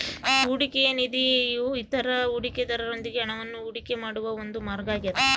ಹೂಡಿಕೆಯ ನಿಧಿಯು ಇತರ ಹೂಡಿಕೆದಾರರೊಂದಿಗೆ ಹಣವನ್ನು ಹೂಡಿಕೆ ಮಾಡುವ ಒಂದು ಮಾರ್ಗ ಆಗ್ಯದ